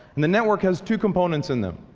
and the network has two components in them.